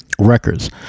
records